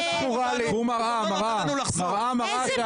מראה מראה שעל